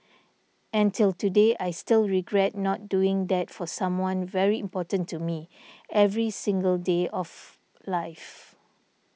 and till today I still regret not doing that for someone very important to me every single day of life